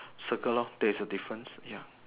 circle lor that is a difference ya